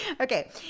okay